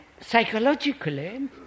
psychologically